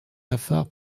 lafare